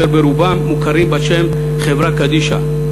אשר ברובם מוכרים בשם חברה קדישא.